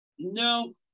No